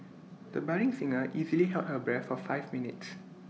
the budding singer easily held her breath for five minutes